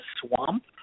swamp